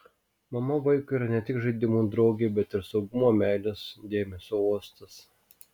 mama vaikui yra ne tik žaidimų draugė bet ir saugumo meilės dėmesio uostas